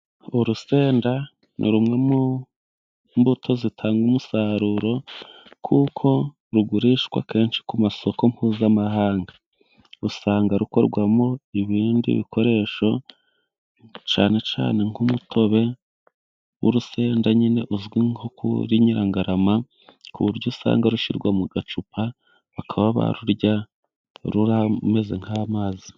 Urusenda ni rumwe mu mbuto zitanga umusaruro, kuko rugurishwa kenshi ku masoko mpuzamahanga. Usanga rukorwamo ibindi bikoresho, cyana cyane nk'umutobe w'urusenda nyine uzwi nko kuri Nyirangarama, ku buryo usanga rushyirwa mu gacupa bakaba barurya rurameze nk'amazi.